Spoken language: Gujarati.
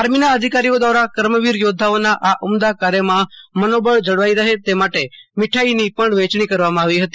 આર્મીના અધિકારીઓ દ્વારા કર્મવીર યોધ્ધાઓના આ ઉમદા કાર્યમાં મનોબળ જળવાઇ રહે તે માટે મિઠાઇની પણ વફેંચણી કરવામાં આવી ફતી